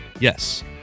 Yes